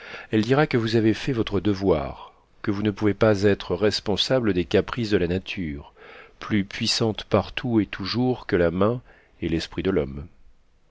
elle dira que vous avez fait votre devoir que vous ne pouvez pas être responsable des caprices de la nature plus puissante partout et toujours que la main et l'esprit de l'homme